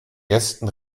ersten